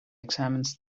examines